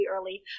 early